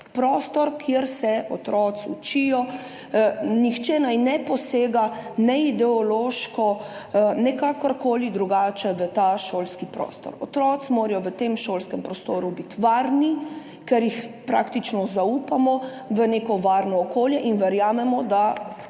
prostor, kjer se otroci učijo, nihče naj ne posega ideološko ali kakorkoli drugače v ta šolski prostor. Otroci morajo biti v tem šolskem prostoru varni, ker jih praktično zaupamo v neko varno okolje in verjamemo, da